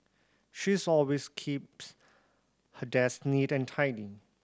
she's always keeps her desk neat and tidy